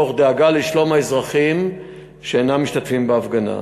תוך דאגה לשלום האזרחים שאינם משתתפים בהפגנה.